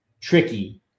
tricky